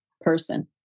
person